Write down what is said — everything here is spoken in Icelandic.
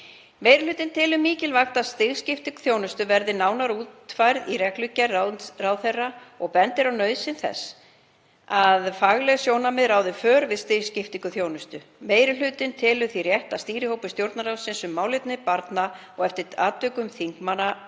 Meiri hlutinn telur mikilvægt að stigskipting þjónustu verði nánar útfærð í reglugerð ráðherra og bendir á nauðsyn þess að fagleg sjónarmið ráði för við stigskiptingu þjónustu. Meiri hlutinn telur því rétt að stýrihópur Stjórnarráðsins um málefni barna og eftir atvikum þingmannanefnd